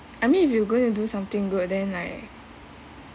I mean if you going to do something good then like